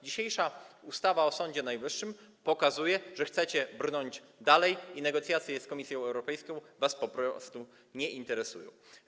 Dzisiejsza zmiana ustawy o Sądzie Najwyższym pokazuje, że chcecie brnąć dalej i negocjacje z Komisją Europejską was po prostu nie interesują.